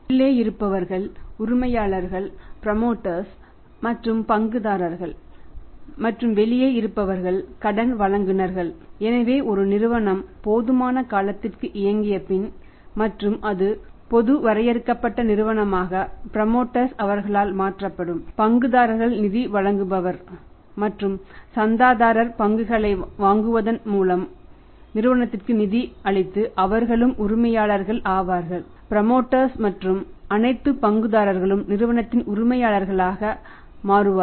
உள்ளே இருப்பவர்கள் உரிமையாளர்கள் ப்ரமோடர் மற்றும் அனைத்து பங்குதாரர்களும் நிறுவனத்தின் உரிமையாளர்களாக மாறுவார்கள்